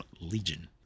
Legion